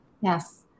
Yes